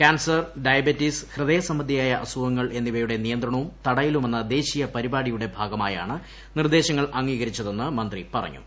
cancer diabetes ഹൃദയസംബന്ധിയായ അസുഖങ്ങൾ എന്നിവയുടെ നിയന്ത്രണവും തടയലുമെന്ന ദേശീയ പരിപാടിയുടെ ഭാഗമായാണ് നിർദ്ദേശങ്ങൾ അംഗീകരിച്ചതെന്ന് മന്ത്രി പറഞ്ഞു